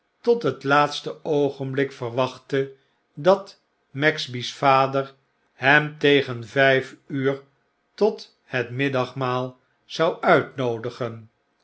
tot het laatste oogenblik verwachtte dat maxby's vader hem tegen vyfuurtothetmiddagmaal zou uitnoodigen